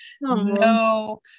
no